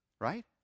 Right